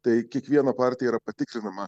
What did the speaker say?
tai kiekviena partija yra patikrinama